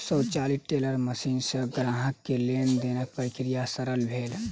स्वचालित teller machine सॅ ग्राहक के लेन देनक प्रक्रिया सरल भेल